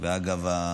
אגב,